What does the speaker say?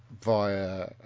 via